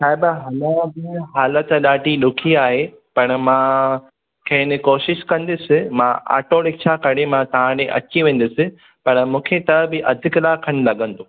साहिब हलण जी हालत ॾाढी ॾुखी आहे पर मां खैर कोशिश कंदुसि मां ऑटो रिकशा करे मां तव्हां ॾे अची वेंदुसि पर मूंखे त बि अधु कलाक खन लॻंदो